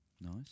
Nice